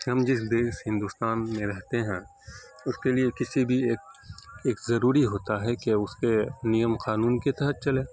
ہم جس دیش ہندوستان میں رہتے ہیں اس کے لیے کسی بھی ایک ایک ضروری ہوتا ہے کہ اس کے نیم قانون کے تحت چلیں